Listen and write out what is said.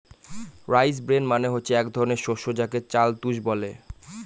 rice bran মানে হচ্ছে এক ধরনের শস্য যাকে চাল তুষ বলে